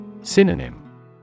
Synonym